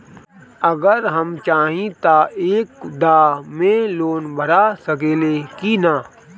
अगर हम चाहि त एक दा मे लोन भरा सकले की ना?